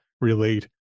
relate